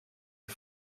een